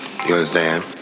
understand